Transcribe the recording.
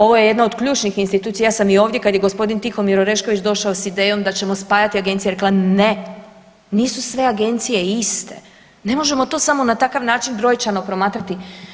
Ovo je jedna od ključnih institucija, ja sam ovdje kada je g. Tihomir Orešković došao s idejom da ćemo spajati agencije rekla ne, nisu sve agencije iste, ne možemo to samo na takav način brojčano promatrati.